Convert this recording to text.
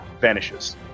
vanishes